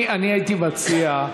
אני הייתי מציע,